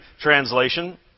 Translation